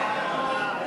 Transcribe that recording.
משרד המדע והחלל,